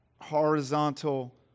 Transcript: horizontal